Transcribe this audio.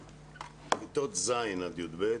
כיתות ז' עד י"ב,